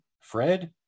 Fred